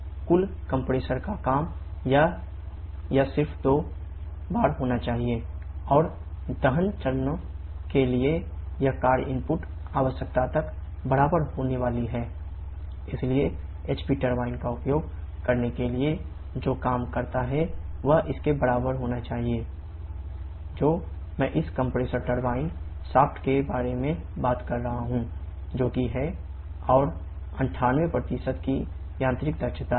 𝑊𝑐 2 𝑐𝑝𝑎 और दहन चरण के लिए यह कार्य इनपुट आवश्यकता तब बराबर होने वाली है 2 × 1331 𝑘𝐽𝑘𝑔 इसलिए HP टरबाइन का उपयोग करने के लिए जो काम करता है वह इसके बराबर होना चाहिए WHPWcshaft जो मैं इस कंप्रेसर टरबाइन शाफ्ट के बारे में बात कर रहा हूं जो कि है और 98 की यांत्रिक दक्षता है